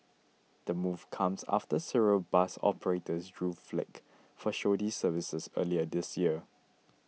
the move comes after several bus operators drew flak for shoddy services earlier this year